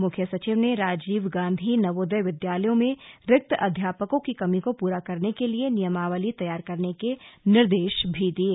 मुख्य सचिव ने राजीव गांधी नवोदय विद्यालयों में रिक्त अध्यापकों की कमी को पूरा करने के लिए नियमावली तैयार करने के निर्देश भी दिये